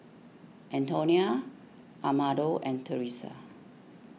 Antonio Amado and Teressa